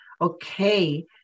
Okay